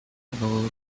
ago